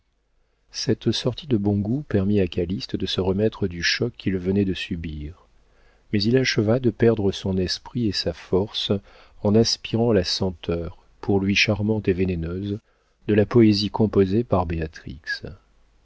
cette sortie de bon goût permit à calyste de se remettre du choc qu'il venait de subir mais il acheva de perdre son esprit et sa force en aspirant la senteur pour lui charmante et vénéneuse de la poésie composée par